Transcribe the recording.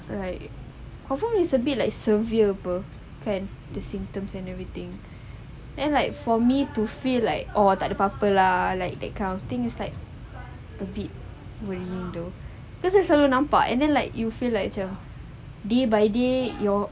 like confirm it's a bit like severe [pe] kan the symptoms and everything and like for me to feel like all takde apa-apa lah like that kind of thing it's like a bit worrying though because I selalu nampak and then like you feel like macam day by day your